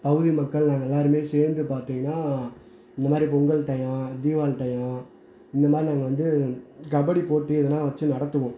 பகுதி மக்கள் நாங்கள் எல்லாேருமே சேர்ந்து பார்த்திங்கன்னா முன்னாடி பொங்கல் டையம் தீபாவளி டையம் இந்த மாதிரி நாங்கள் வந்து கபடி போட்டி எதனால் வச்சு நடத்துவோம்